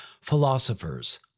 philosophers